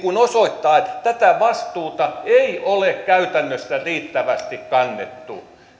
osoittaa että tätä vastuuta ei ole käytännössä riittävästi kannettu